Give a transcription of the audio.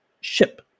ship